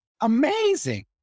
Amazing